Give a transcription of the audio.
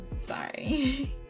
sorry